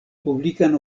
publikan